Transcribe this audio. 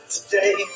today